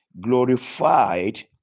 glorified